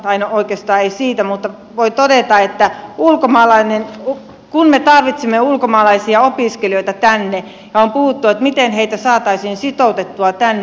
täällä on puhuttu siitä että kun me tarvitsemme ulkomaalaisia opiskelijoita tänne niin miten heitä saataisiin sitoutettua tänne